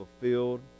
fulfilled